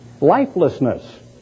lifelessness